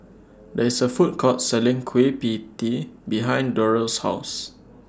There IS A Food Court Selling Kueh B Tee behind Durell's House